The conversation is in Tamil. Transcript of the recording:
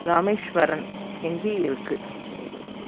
ராமேஸ்வரம் எங்கே இருக்கு